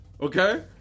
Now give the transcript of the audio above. Okay